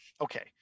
Okay